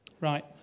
Right